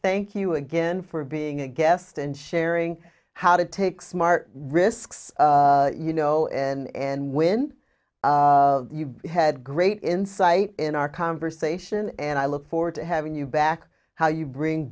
thank you again for being a guest and sharing how to take smart risks you know and when you've had great insight in our conversation and i look forward to having you back how you bring